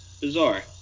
Bizarre